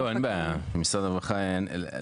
לא, אין בעיה, משרד הרווחה יענה.